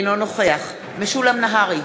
אינו נוכח משולם נהרי,